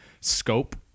scope